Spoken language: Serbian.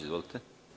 Izvolite.